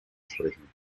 sprechen